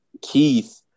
Keith